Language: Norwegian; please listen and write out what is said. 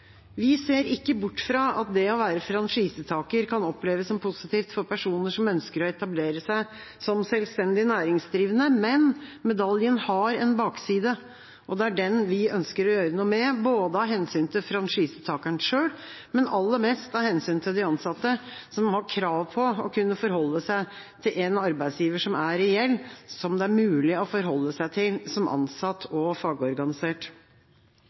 Vi ser ikke bort fra at det å være franchisetaker kan oppleves som positivt for personer som ønsker å etablere seg som selvstendig næringsdrivende, men medaljen har en bakside. Det er den vi ønsker å gjøre noe med, ikke bare av hensyn til franchisetakeren selv, men aller mest av hensyn til de ansatte, som har krav på å kunne forholde seg til en arbeidsgiver som er reell, og som det er mulig å forholde seg til som ansatt og fagorganisert.